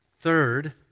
Third